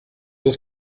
was